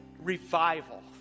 revival